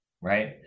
right